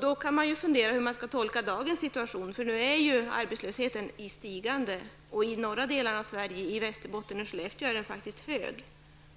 Då kan man fundera på hur man skall tolka dagens situation. Nu är ju arbetslösheten i stigande. I de norra delarna av Sverige, i Västerbotten och i Skellefteå, är den faktiskt hög.